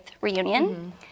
reunion